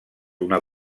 una